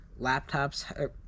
laptops